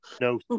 No